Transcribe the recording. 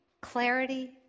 clarity